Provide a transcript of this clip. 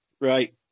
Right